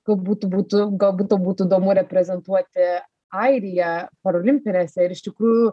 galbūt būtų galbūt tau būtų įdomu reprezentuoti airiją parolimpinėse ir iš tikrųjų